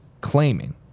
claiming